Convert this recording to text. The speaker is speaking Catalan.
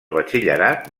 batxillerat